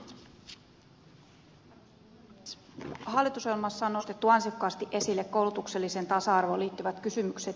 hallitusohjelmassa on nostettu ansiokkaasti esille koulutukselliseen tasa arvoon liittyvät kysymykset